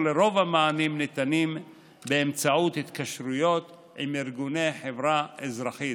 רוב המענים ניתנים באמצעות התקשרויות עם ארגוני החברה האזרחית.